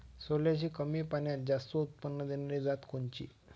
सोल्याची कमी पान्यात जास्त उत्पन्न देनारी जात कोनची?